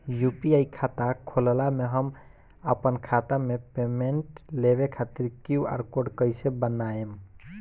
UPI खाता होखला मे हम आपन खाता मे पेमेंट लेवे खातिर क्यू.आर कोड कइसे बनाएम?